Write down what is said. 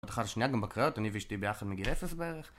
שנייה גם בקריןת, אני ואשתי ביחד מגיל 0 בערך